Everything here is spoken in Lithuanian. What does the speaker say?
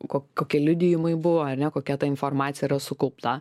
ko kokie liudijimai buvo ar ne kokia ta informacija yra sukaupta